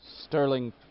Sterling